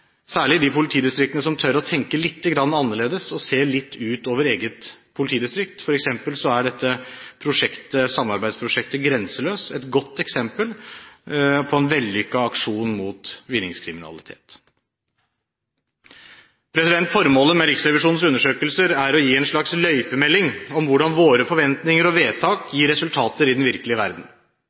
særlig i de politidistriktene som tør å tenke lite grann annerledes, og som ser litt utover eget politidistrikt. Samarbeidsprosjektet Grenseløs er et godt eksempel på en vellykket aksjon mot vinningskriminalitet. Formålet med Riksrevisjonens undersøkelser er å gi en slags «løypemelding» om hvordan våre forventninger og vedtak gir resultater i den virkelige verden.